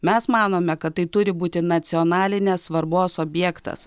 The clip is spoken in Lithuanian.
mes manome kad tai turi būti nacionalinės svarbos objektas